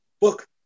book